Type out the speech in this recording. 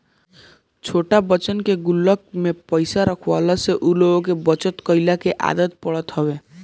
छोट बच्चन के गुल्लक में पईसा रखवला से उ लोग में बचत कइला के आदत पड़त हवे